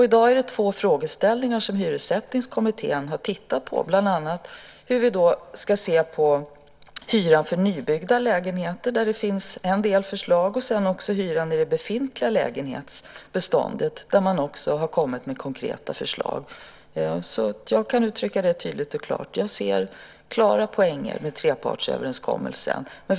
I dag är det två frågeställningar som Hyressättningskommittén har tittat på, bland annat hur vi ska se på hyran för nybyggda lägenheter, där det finns en del förslag, och hyran i det befintliga lägenhetsbeståndet, där man också har kommit med konkreta förslag. Jag kan tydligt och klart uttrycka att jag ser en klar poäng med trepartsöverenskommelsen.